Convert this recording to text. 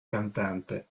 cantante